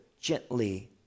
gently